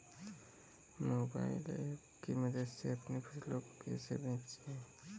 Mobile app की मदद से अपनी फसलों को कैसे बेचें?